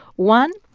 one,